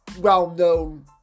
well-known